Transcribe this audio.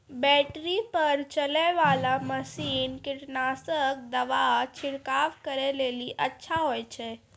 Battery पर चलै वाला मसीन कीटनासक दवा छिड़काव करै लेली अच्छा होय छै?